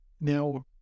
now